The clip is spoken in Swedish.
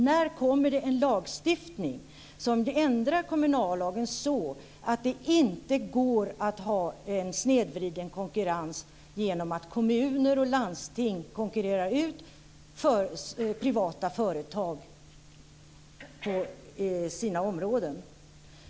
När kommer det en lagstiftning som ändrar kommunallagen så att det inte går att ha en snedvriden konkurrens genom att kommuner och landsting konkurrerar ut privata företag i sina områden?